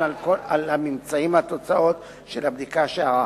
על הממצאים והתוצאות של הבדיקה שערך.